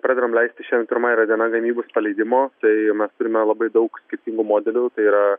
pradedam leisti šiandien pirma yra diena gamybos paleidimo tai mes turime labai daug skirtingų modelių tai yra